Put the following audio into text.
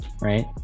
right